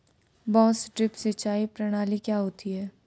बांस ड्रिप सिंचाई प्रणाली क्या होती है?